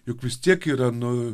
juk vis tiek yra nu